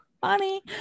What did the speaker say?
Funny